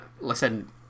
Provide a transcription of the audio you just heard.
listen